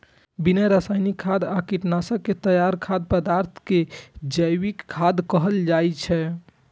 बिना रासायनिक खाद आ कीटनाशक के तैयार खाद्य पदार्थ कें जैविक खाद्य कहल जाइ छै